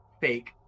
fake